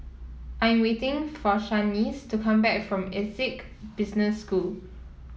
I am waiting for Shaniece to come back from Essec Business School